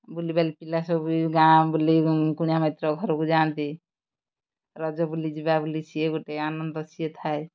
ବୁଲି ବାଲି ପିଲା ସବୁ ଗାଁ ବୁଲି କୁଣିଆ ମୈତ୍ର ଘରକୁ ଯାଆନ୍ତି ରଜ ବୁଲି ଯିବା ବୋଲି ସିଏ ଗୋଟେ ଆନନ୍ଦ ସିଏ ଥାଏ